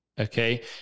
Okay